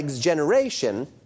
generation